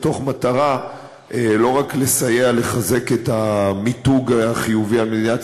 במטרה לא רק לסייע לחזק את המיתוג החיובי של מדינת